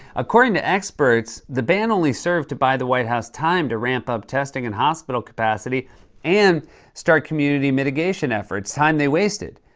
according to experts, the ban only served to buy the white house time to ramp up testing and hospital capacity and start community mitigation efforts, time they wasted,